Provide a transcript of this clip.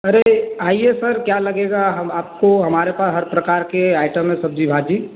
अरे आइए सर क्या लगेगा हम आपको हमारे पास हर प्रकार के आइटम है सब्ज़ी भाजी